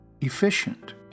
efficient